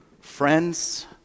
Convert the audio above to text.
friends